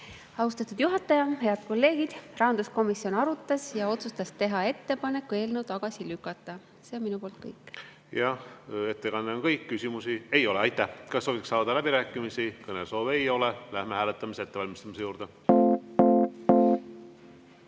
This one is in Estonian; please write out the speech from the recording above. Austatud juhataja! Head kolleegid! Rahanduskomisjon arutas ja otsustas teha ettepaneku eelnõu tagasi lükata. See on minu poolt kõik. Jah. Ettekanne on kõik. Küsimusi? Ei ole. Aitäh! Kas soovitakse avada läbirääkimisi? Kõnesoove ei ole. Läheme hääletamise ettevalmistamise juurde.